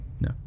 No